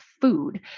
food